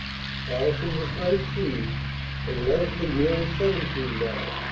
allison was nineteen and leslie nearly seventeen now.